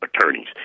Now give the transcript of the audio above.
attorneys